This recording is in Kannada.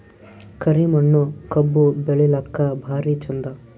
ಕರಿ ಮಣ್ಣು ಕಬ್ಬು ಬೆಳಿಲ್ಲಾಕ ಭಾರಿ ಚಂದ?